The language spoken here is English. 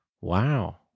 Wow